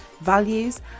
values